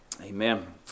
Amen